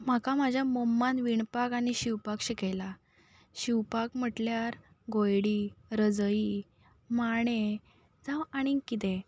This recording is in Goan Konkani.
म्हाका म्हाज्या मम्मान विणपाक आनी शिंवपाक शिकयलां शिंवपाक म्हटल्यार गोयडी रजई मांडे जावं आनीक कितें